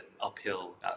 uphill